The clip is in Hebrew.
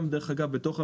גם בתוך הממשלה,